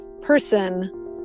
person